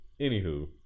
Anywho